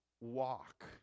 walk